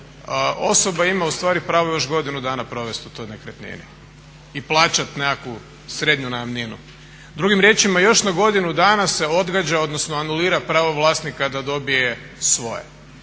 osoba ima ustvari pravo još godinu dana provesti u toj nekretnini i plaćati nekakvu srednju najamninu. Drugim riječima, još na godinu dana se odgađa odnosno anulira pravo vlasnika da dobije svoje.